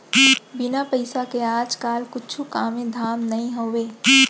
बिन पइसा के आज काल कुछु कामे धाम नइ होवय